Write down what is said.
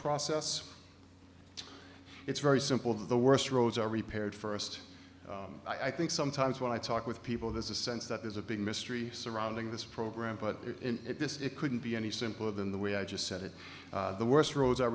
process it's very simple of the worst roads are repaired first i think sometimes when i talk with people this is a sense that there's a big mystery surrounding this program but at this it couldn't be any simpler than the way i just said it the worst ro